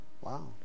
Wow